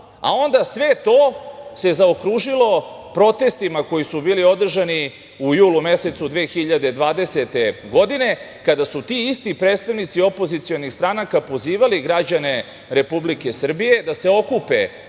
a onda sve to se zaokružilo protestima koji su bili održani u julu mesecu 2020. godine, kada su ti isti predstavnici opozicionih stranaka pozivali građane Republike Srbije da se okupe